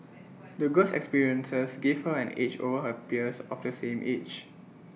the girl's experiences gave her an edge over her peers of the same age